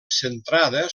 centrada